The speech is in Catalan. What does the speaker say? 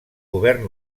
govern